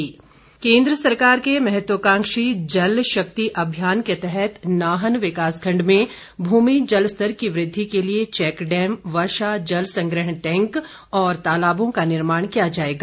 बिंदल केंद्र सरकार के महत्वकांक्षी जल शक्ति अभियान के तहत नाहन विकास खंड में भूमि जलस्तर की वृद्धि के लिए चैकडैम वर्षा जलसंग्रहण टैंक और तालाबों का निर्माण किया जाएगा